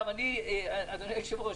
אדוני היושב-ראש,